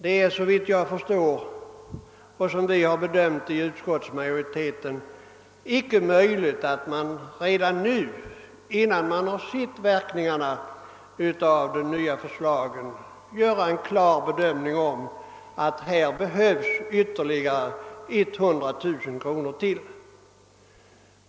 Det är, såvitt jag förstår och såsom även utskottsmajoriteten bedömt frågan, icke möjligt att redan nu innan man sett verkningarna av de nya förslagen bestämt avgöra att det behövs ytterligare 100 000 kronor.